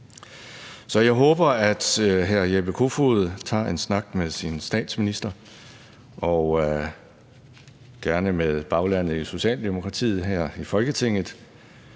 Jeg håber, at udenrigsministeren tager en snak med sin statsminister og gerne med baglandet i Socialdemokratiet her i Folketinget